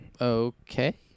okay